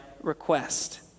request